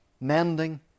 Mending